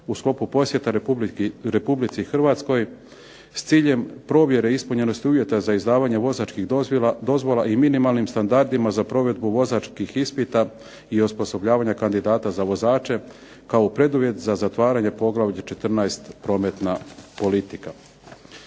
u sklopu posjeta Republici Hrvatskoj s ciljem provjere ispunjenosti uvjeta za izdavanje vozačkih dozvola i minimalnim standardima za provedbu vozačkih ispita i osposobljavanja kandidata za vozače kao preduvjet za zatvaranje poglavlja 14.-Prometna politika.